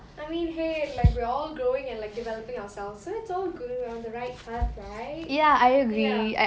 I mean !hey! like we are all growing and like developing ourselves so that's all good you are on the right path right ya